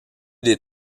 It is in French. des